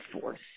force